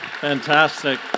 Fantastic